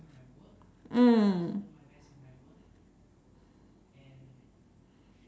mm